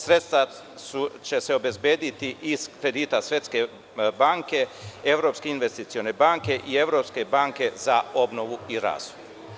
Sredstva će se obezbediti iz kredita Svetske banke, Evropske investicione banke i Evropske banke za obnovu i razvoj.